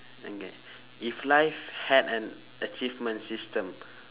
okay if life had an achievement system